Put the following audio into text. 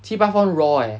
七八分 raw eh